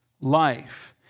life